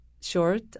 short